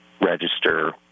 register